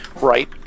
Right